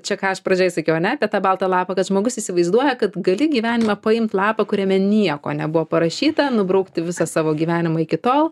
čia ką aš pradžioj sakiau ane apie tą baltą lapą kad žmogus įsivaizduoja kad gali gyvenime paimt lapą kuriame nieko nebuvo parašyta nubraukti visą savo gyvenimą iki tol